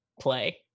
play